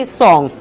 song